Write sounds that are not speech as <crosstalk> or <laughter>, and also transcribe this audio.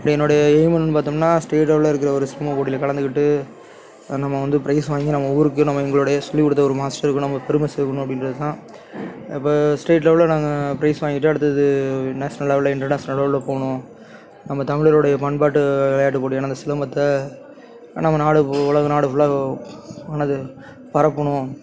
இப்போ என்னோடைய எய்ம் வந்து பார்த்தோம்னா ஸ்டேட் லெவலில் இருக்கிற ஒரு சிலம்பம் போட்டியில் கலந்துக்கிட்டு நம்ம வந்து பிரைஸ் வாங்கி நம்ம ஊருக்கு நம்ம எங்களோடைய சொல்லி கொடுத்த ஒரு மாஸ்டருக்கும் நம்ம பெருமை சேர்க்கணும் அப்படின்றது தான் இப்போ ஸ்டேட் லெவலில் நாங்கள் பிரைஸ் வாங்கிட்டு அடுத்தது நேஷ்னல் லெவலில் இன்டர்நேஷ்னல் லெவலில் போகணும் நம்ப தமிழரோடைய பண்பாட்டு விளையாட்டு போட்டியான அந்த சிலம்பத்தை நம்ம நாடு உலகநாடு ஃபுல்லாக <unintelligible> பரப்பணும்